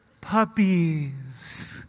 puppies